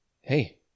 hey